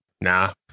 Nah